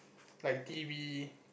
like T V